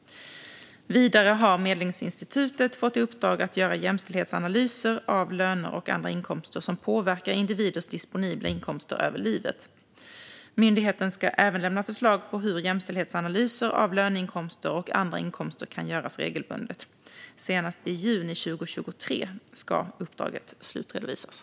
Vidare har Medlingsinstitutet fått i uppdrag att göra jämställdhetsanalyser av löner och andra inkomster som påverkar individers disponibla inkomster över livet. Myndigheten ska även lämna förslag på hur jämställdhetsanalyser av löneinkomster och andra inkomster kan göras regelbundet. Senast i juni 2023 ska uppdraget slutredovisas.